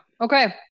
Okay